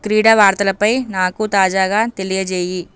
క్రీడా వార్తలపై నాకు తాజాగా తెలియజేయి